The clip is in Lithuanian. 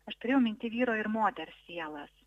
aš turėjau minty vyro ir moters sielas